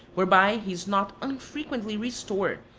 whereby he is not unfrequently restored,